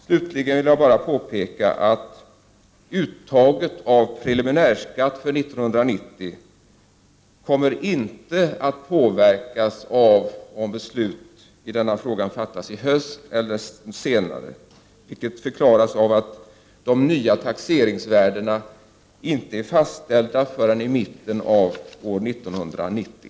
Slutligen vill jag påpeka att uttaget av preliminär skatt för 1990 inte kommer att påverkas av om beslut i denna fråga fattas i höst eller senare. Det förklaras av att de nya taxeringsvärdena inte kommer att bli fastställda förrän i mitten av år 1990.